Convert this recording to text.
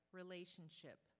relationship